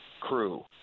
crew